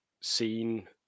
seen